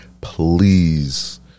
Please